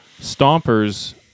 Stomper's